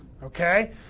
Okay